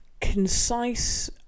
concise